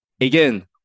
Again